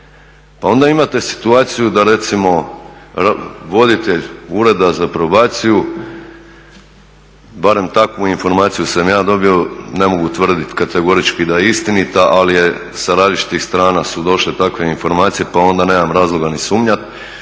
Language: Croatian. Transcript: Pa onda imate situaciju da recimo voditelj Ureda za probaciju, barem takvu informaciju sam ja dobio, ne mogu tvrditi kategorički da je istinita, ali sa različitih strana su došle takve informacije pa onda nemam razloga ni sumnjati,